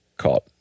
Caught